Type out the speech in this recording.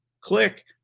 click